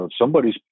somebody's